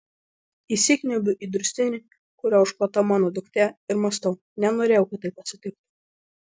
įsikniaubiu į durstinį kuriuo užklota mano duktė ir mąstau nenorėjau kad taip atsitiktų